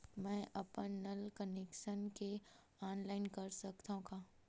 मैं अपन नल कनेक्शन के ऑनलाइन कर सकथव का?